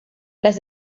las